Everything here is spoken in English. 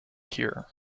cure